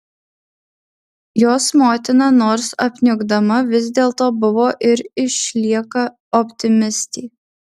jos motina nors apniukdama vis dėlto buvo ir išlieka optimistė